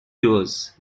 rivers